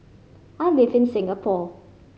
I live in Singapore